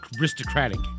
aristocratic